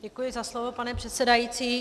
Děkuji za slovo, pane předsedající.